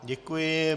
Děkuji.